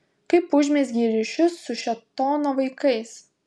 kaip užmezgei ryšius su šėtono vaikais